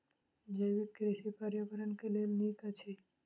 जैविक कृषि पर्यावरण के लेल नीक अछि